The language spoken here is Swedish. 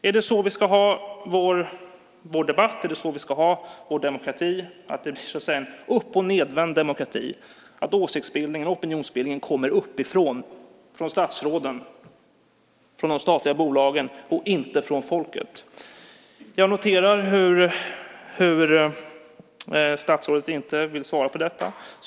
Är det så vi ska ha vår debatt, och är det så vi ska ha vår demokrati - alltså att det blir en uppochnedvänd demokrati, att åsikts och opinionsbildningen kommer uppifrån, från statsråden och de statliga bolagen, inte från folket? Jag noterar att statsrådet inte vill svara på detta.